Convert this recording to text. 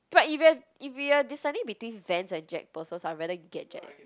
but if you're if you are deciding between Vans and Jack-Purcells I rather get Jack